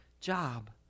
job